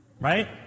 Right